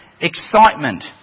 excitement